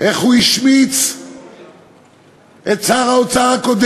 אשר בחרו